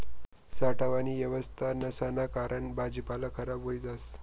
साठावानी येवस्था नसाना कारण भाजीपाला खराब व्हयी जास